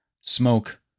smoke